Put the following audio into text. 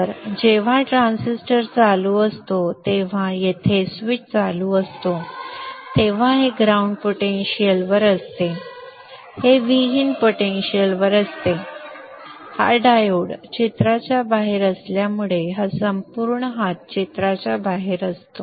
तर जेव्हा ट्रान्झिस्टर चालू असतो तेव्हा येथे स्विच चालू असतो तेव्हा हे ग्राउंड पोटेंशिअल वर असते हे Vin पोटेन्शिअलवर असते हा डायोड चित्राच्या बाहेर असल्यामुळे हा संपूर्ण हात चित्राच्या बाहेर असतो